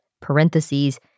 parentheses